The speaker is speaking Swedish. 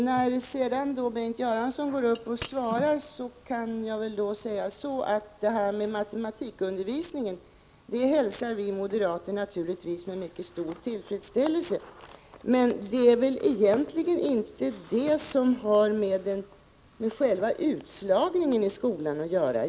När sedan Bengt Göransson går upp och svarar, kan jag väl säga att vi moderater naturligtvis hälsar det där om matematikundervisningen med mycket stor tillfredsställelse. Men det är väl egentligen inte någonting som har med själva utslagningen i skolan att göra.